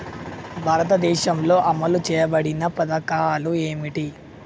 భారతదేశంలో అమలు చేయబడిన పథకాలు ఏమిటి?